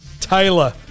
Taylor